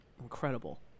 incredible